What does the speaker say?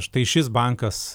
štai šis bankas